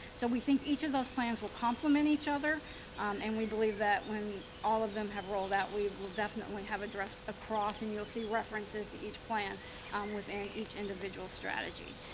so we think each of those plans will complement each other and we believe that when all of them have rolled out, we will definitely have addressed across and you'll see references to each plan within each individual strategy.